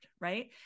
right